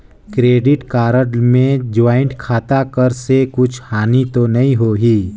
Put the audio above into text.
Credit card मे joint खाता कर से कुछ हानि तो नइ होही?